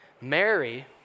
Mary